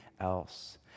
else